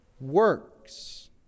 works